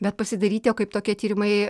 bet pasidairyti o kaip tokie tyrimai